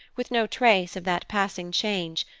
with no trace of that passing change,